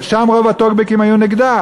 ובאמת שם רוב הטוקבקים היו נגדה,